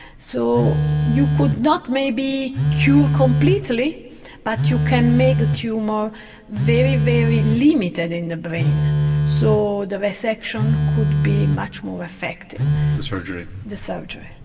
so you could not maybe cure completely but you can make the tumour very, very limited in the brain so the resection could be much more effective. the surgery? the surgery.